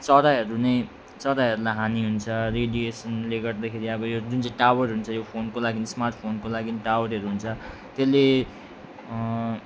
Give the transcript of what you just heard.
चराहरू नै चराहरूलाई हानि हुन्छ रेडिएसनले गर्दाखेरि अब यो जुन चाहिँ टावर हुन्छ फोनको लागि स्मार्टफोनको लागि टावारहरू हुन्छ त्यसले